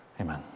Amen